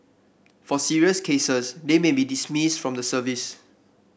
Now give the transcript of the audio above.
for serious cases they may be dismissed from the service